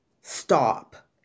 stop